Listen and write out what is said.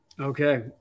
Okay